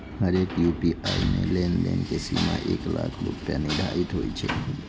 हरेक यू.पी.आई मे लेनदेन के सीमा एक लाख रुपैया निर्धारित होइ छै